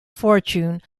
fortune